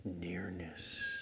nearness